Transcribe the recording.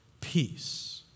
Peace